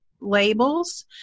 labels